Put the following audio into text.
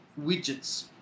widgets